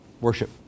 Worship